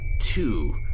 two